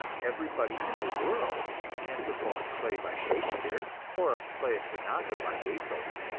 everybody in the world can perform a play by shakespeare, or play a sonata by beethoven,